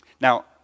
Now